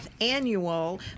annual